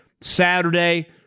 Saturday